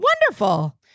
Wonderful